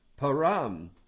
Param